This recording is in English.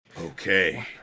okay